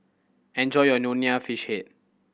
enjoy your Nonya Fish Head